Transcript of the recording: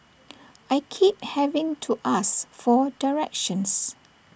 I keep having to ask for directions